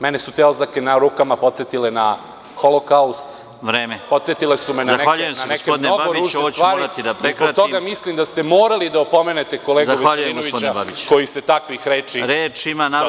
Mene su te oznake na rukama podsetile na holokaust, podsetile su me na neke mnogo ružne stvari i zbog toga mislim da ste morali da opomene kolegu Veselinovića, koji se takvih reči dotakao.